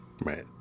Right